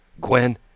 Gwen